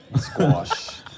Squash